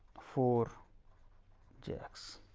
four jacks.